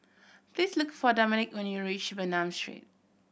please look for Dominic when you reach Bernam Street